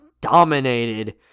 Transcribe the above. dominated